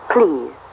Please